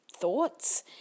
thoughts